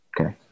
Okay